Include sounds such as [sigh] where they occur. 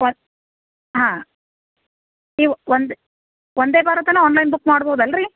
[unintelligible] ಹಾಂ ಇವು ವಂದ್ ವಂದೇ ಭಾರತ್ನ ಆನ್ಲೈನ್ ಬುಕ್ ಮಾಡ್ಬೋದಲ್ಲ ರೀ